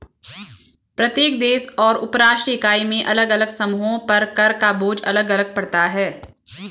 प्रत्येक देश और उपराष्ट्रीय इकाई में अलग अलग समूहों पर कर का बोझ अलग अलग पड़ता है